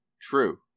True